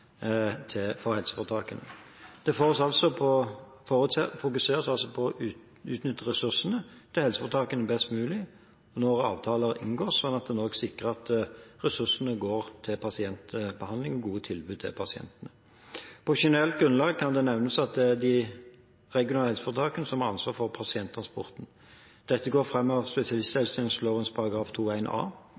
for helseforetaket. Det fokuseres altså på å utnytte ressursene til helseforetaket best mulig når avtaler inngås, slik at en også sikrer at ressursene går til pasientbehandling og gode tilbud til pasientene. På generelt grunnlag kan det nevnes at det er de regionale helseforetakene som har ansvaret for pasienttransporten. Dette går fram av